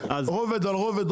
רובד על רובד,